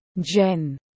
Jen